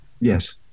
Yes